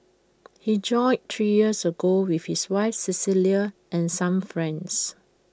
he joined three years ago with his wife Cecilia and some friends